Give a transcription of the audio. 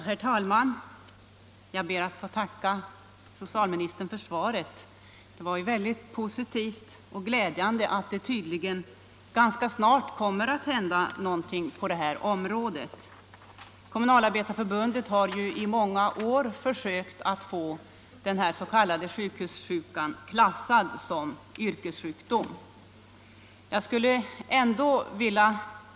Herr talman! Jag ber att få tacka socialministern för svaret. Det är mycket positivt och glädjande att någonting tydligen snart kommer att hända på det här området. Kommunalarbetareförbundet har i många år försökt få den s.k. sjukhussjukan klassad som yrkessjukdom.